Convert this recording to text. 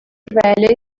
velha